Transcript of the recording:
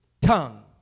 tongue